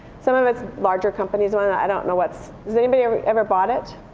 some of it's larger companies. i don't know what's has anybody ever ever bought it?